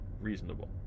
reasonable